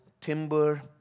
timber